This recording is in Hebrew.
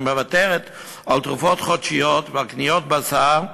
מוותרת על תרופות חודשיות ועל קניית בשר,